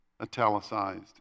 italicized